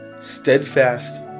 steadfast